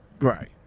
Right